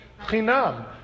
Chinam